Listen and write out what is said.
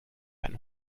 einen